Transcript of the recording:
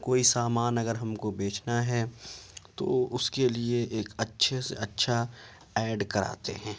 کوئی سامان اگر ہم کو بیچنا ہے تو اس کے لیے ایک اچھے سے اچھا ایڈ کراتے ہیں